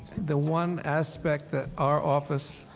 the one aspect that our office,